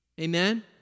Amen